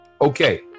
Okay